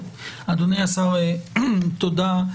אדוני השר, תודה.